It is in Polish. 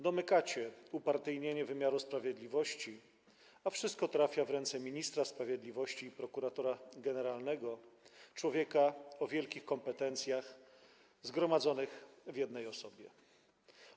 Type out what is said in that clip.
Domykacie upartyjnienie wymiaru sprawiedliwości, a wszystko trafia w gestię ministra sprawiedliwości i prokuratora generalnego, człowieka o wielkich kompetencjach zgromadzonych w jednych rękach.